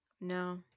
no